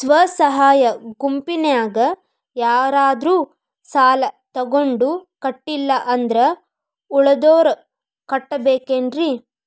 ಸ್ವ ಸಹಾಯ ಗುಂಪಿನ್ಯಾಗ ಯಾರಾದ್ರೂ ಸಾಲ ತಗೊಂಡು ಕಟ್ಟಿಲ್ಲ ಅಂದ್ರ ಉಳದೋರ್ ಕಟ್ಟಬೇಕೇನ್ರಿ?